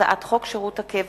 הצעת חוק שירות הקבע